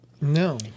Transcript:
No